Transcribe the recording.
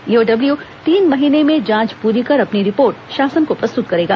EOW तीन महीने में जांच पूरी कर अपनी रिपोर्ट शासन को प्रस्तुत करेगा